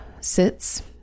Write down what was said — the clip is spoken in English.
sits